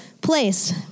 place